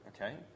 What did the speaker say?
okay